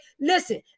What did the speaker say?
Listen